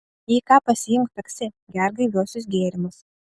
jei ką pasiimk taksi gerk gaiviuosius gėrimus